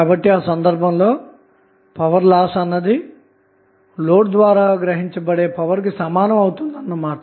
కాబట్టి ఆ సందర్భంలో పవర్ లాస్ అన్నది లోడ్ ద్వారా గ్రహించబడే పవర్ కి సమానం అవుతుంది అన్నమాట